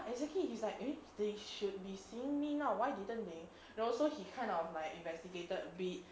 exactly he's like eh they should be seeing me now why didn't they also he kind of like investigated a bit